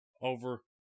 over